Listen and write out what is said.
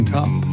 top